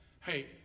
Hey